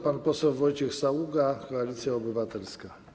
Pan poseł Wojciech Saługa, Koalicja Obywatelska.